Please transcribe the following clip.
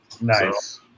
Nice